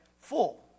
full